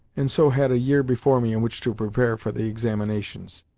and so had a year before me in which to prepare for the examinations.